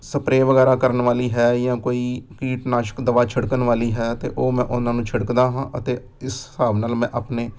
spray ਵਗੈਰਾ ਕਰਨ ਵਾਲੀ ਹੈ ਜਾਂ ਕੋਈ ਕੀਟਨਾਸ਼ਕ ਦਵਾ ਛਿੜਕਣ ਵਾਲੀ ਹੈ ਤਾਂ ਉਹ ਮੈਂ ਉਹਨਾਂ ਨੂੰ ਛਿੜਕਦਾ ਹਾਂ ਅਤੇ ਇਸ ਹਿਸਾਬ ਨਾਲ ਮੈਂ ਆਪਣੇ